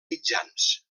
mitjans